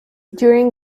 during